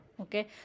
okay